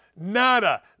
Nada